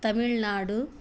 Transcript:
Tamil Nadu